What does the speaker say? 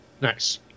Nice